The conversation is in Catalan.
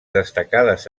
destacades